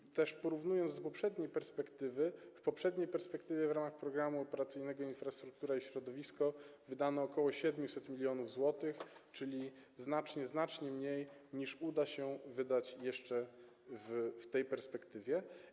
I też porównując to do poprzedniej perspektywy, widzimy, że w poprzedniej perspektywie w ramach Programu Operacyjnego „Infrastruktura i środowisko” wydano ok. 700 mln zł, czyli znacznie, znacznie mniej, niż uda się wydać jeszcze w tej perspektywie.